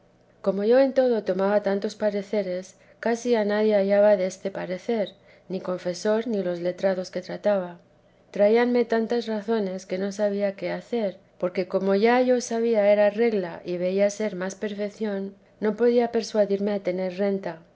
como yo en todo tomaba tantos pareceres casi a nadie hallaba deste parecer ni confesor ni los letrados que trataba traíanme tantas razones que no sabía qué hacer porque como ya yo sabía era regla y veía ser más perfección no podía persuadirme a tener renta